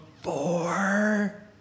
Four